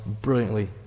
brilliantly